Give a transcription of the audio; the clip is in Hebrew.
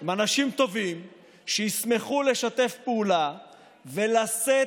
הם אנשים טובים שישמחו לשתף פעולה ולשאת